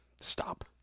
Stop